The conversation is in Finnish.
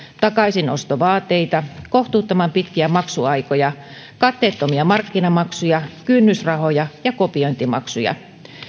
takaisinostovaateita kohtuuttoman pitkiä maksuaikoja katteettomia markkinamaksuja kynnysrahoja ja kopiointimaksuja